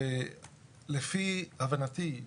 לפי הבנתי,